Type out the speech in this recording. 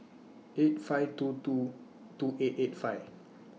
eight five two two two eight eight five